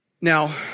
Now